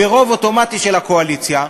ברוב אוטומטי של הקואליציה,